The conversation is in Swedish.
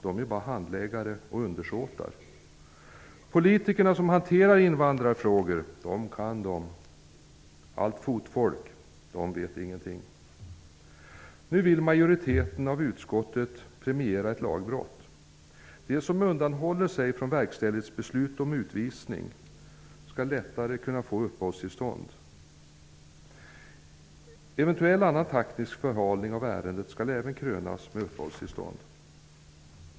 De är bara handläggare och undersåtar. Politikerna som hanterar invandrarfrågor -- de kan de! Fotfolket vet ingenting. Nu vill majoriteten av utskottet premiera ett lagbrott. De som undanhåller sig från ett verkställighetsbeslut om utvisning skall lättare kunna få uppehållstillstånd. Eventuell annan taktisk förhalning av ärendet skall också krönas med uppehållstillstånd.